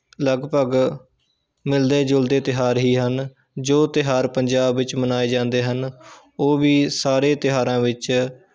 ਲਗਭਗ ਮਿਲਦੇ ਜੁਲਦੇ ਤਿਉਹਾਰ ਹੀ ਹਨ ਜੋ ਤਿਉਹਾਰ ਪੰਜਾਬ ਵਿੱਚ ਮਨਾਏ ਜਾਂਦੇ ਹਨ ਉਹ ਵੀ ਸਾਰੇ ਤਿਉਹਾਰਾਂ ਵਿੱਚ